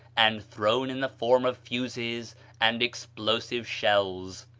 and thrown in the form of fuses and explosive shells.